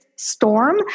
storm